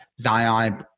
Zion